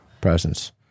presence